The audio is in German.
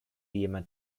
jemand